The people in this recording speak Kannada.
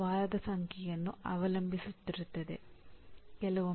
ಇನ್ಪುಟ್ ಮೂಲತತ್ವವೆಂದರೆ ಕಲಿಕೆಯ ವಸ್ತುಗಳಿಂದ ಗಮನವು ವಿದ್ಯಾರ್ಥಿಗಳ ಕಲಿಕೆಗೆ ಬದಲಾಗುತ್ತದೆ